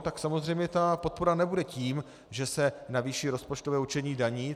Tak samozřejmě ta podpora nebude tím, že se navýší rozpočtové určení daní.